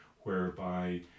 whereby